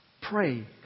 Pray